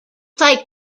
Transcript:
played